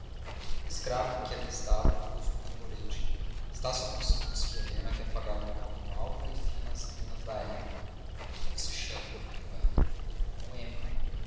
um escravo que ali estava trouxe um tamborete estácio aproximou-se de